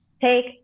take